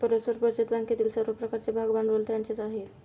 परस्पर बचत बँकेतील सर्व प्रकारचे भागभांडवल त्यांचेच आहे